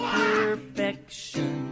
perfection